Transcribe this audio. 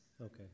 okay